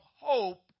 hope